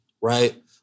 right